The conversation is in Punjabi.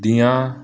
ਦੀਆਂ